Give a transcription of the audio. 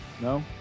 no